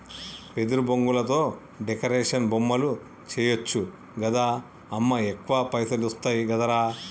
వెదురు బొంగులతో డెకరేషన్ బొమ్మలు చేయచ్చు గదా అమ్మా ఎక్కువ పైసలొస్తయి గదనే